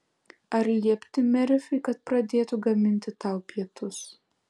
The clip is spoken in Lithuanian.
ar liepti merfiui kad pradėtų gaminti tau pietus